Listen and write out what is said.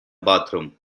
bathroom